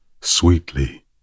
sweetly